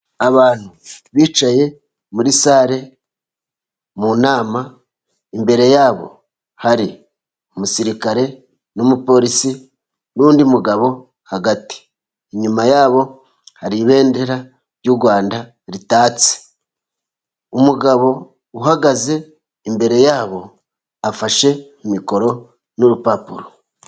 Abantu bicaye muri sale mu nama, imbere yabo hari umusirikare n'umupolisi n'undi mugabo hagati. Inyuma yabo hari ibendera ry'u Rwanda ritatse. Umugabo uhagaze imbere yabo afashe mikoro n'urupapuro.